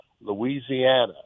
Louisiana